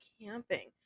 camping